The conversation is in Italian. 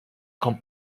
con